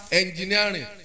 engineering